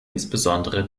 insbesondere